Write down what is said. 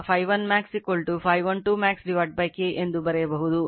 5 milliweber ಅನ್ನು ಪಡೆಯುತ್ತದೆ